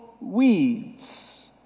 weeds